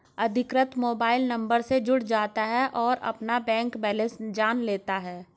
अधिकृत mobile number से जुड़ जाता है और अपना बैंक बेलेंस जान लेता है